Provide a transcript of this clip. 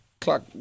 clock